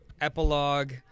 epilogue